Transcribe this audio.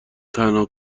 تنها